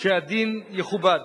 שהדין יכובד,